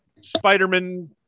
spider-man